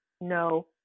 no